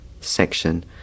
section